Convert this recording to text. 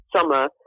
summer